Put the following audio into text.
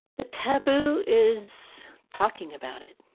the taboo is talking about it.